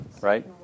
right